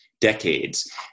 decades